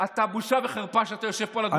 אתה, בושה וחרפה שאתה יושב פה על הדוכן הזה.